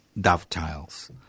dovetails